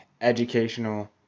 educational